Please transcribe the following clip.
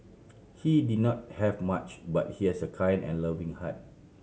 he did not have much but he has a kind and loving heart